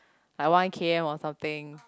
like one k_m or something